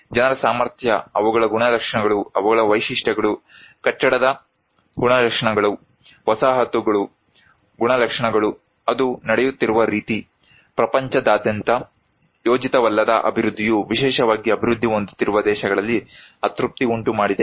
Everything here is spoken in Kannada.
ಜನರ ಸಾಮರ್ಥ್ಯ ಅವುಗಳ ಗುಣಲಕ್ಷಣಗಳು ಅವುಗಳ ವೈಶಿಷ್ಟ್ಯಗಳು ಕಟ್ಟಡದ ಗುಣಲಕ್ಷಣಗಳು ವಸಾಹತು ಗುಣಲಕ್ಷಣಗಳು ಅದು ನಡೆಯುತ್ತಿರುವ ರೀತಿ ಪ್ರಪಂಚದಾದ್ಯಂತ ಯೋಜಿತವಲ್ಲದ ಅಭಿವೃದ್ಧಿಯು ವಿಶೇಷವಾಗಿ ಅಭಿವೃದ್ಧಿ ಹೊಂದುತ್ತಿರುವ ದೇಶಗಳಲ್ಲಿ ಅತೃಪ್ತಿ ಉಂಟುಮಾಡಿದೆ